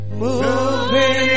moving